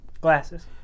Glasses